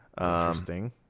Interesting